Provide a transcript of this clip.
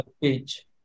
page